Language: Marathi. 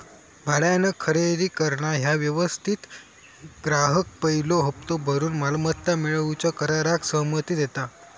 भाड्यान खरेदी करणा ह्या व्यवस्थेत ग्राहक पयलो हप्तो भरून मालमत्ता मिळवूच्या कराराक सहमती देता